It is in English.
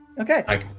Okay